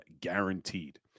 guaranteed